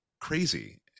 crazy